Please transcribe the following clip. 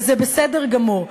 וזה בסדר גמור.